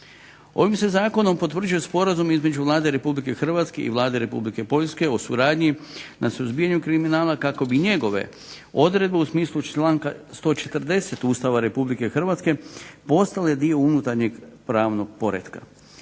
Ovim se zakonom potvrđuje sporazum između Vlade Republike Hrvatske i Vlade Republike Poljske o suradnji na suzbijanju kriminala, kako bi njegove odredbe u smislu članka 140. Ustava Republike Hrvatske postale dio unutarnjeg pravnog poretka.